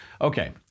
Okay